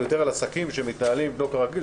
אבל יותר אחר עסקים שמתנהלים לא כרגיל.